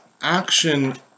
action